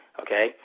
okay